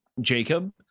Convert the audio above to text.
Jacob